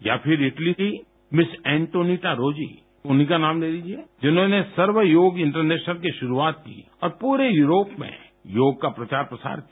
या फिर इटली की मिस एंटोनिटा रोजी उन्हीं का नाम ले लीजिए जिन्होंने सर्व योग इंटरनेशनल की शुरूआत की और पूरे यूरोप में योग का प्रचार प्रसार किया